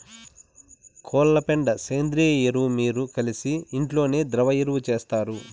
కోళ్ల పెండ సేంద్రియ ఎరువు మీరు కలిసి ఇంట్లోనే ద్రవ ఎరువు చేస్తారు